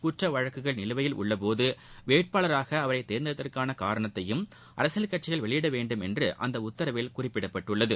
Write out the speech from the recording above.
குற்ற வழக்குகள் நிலுவையில் உள்ளபோது வேட்பாளராக அவரை தேர்ந்தெடுத்ததற்கான காரணத்தையும் அரசியல் கட்சிகள் வெளியிட வேண்டும் என்று அந்த உத்தரவில் குறிப்பிடப்பட்டுள்ளது